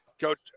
Coach